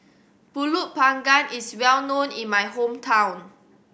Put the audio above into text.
Pulut Panggang is well known in my hometown